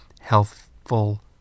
healthful